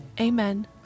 Amen